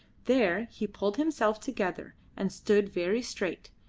there he pulled himself together, and stood very straight,